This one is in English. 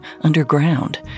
underground